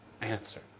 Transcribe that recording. answer